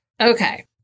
Okay